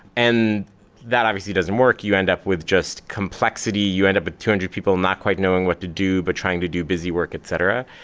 and that obviously doesn't work, you end up with just complexity, you end up with two hundred people not quite knowing what to do, but trying to do busy work, etc.